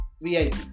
VIP